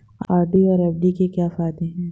RD और FD के क्या फायदे हैं?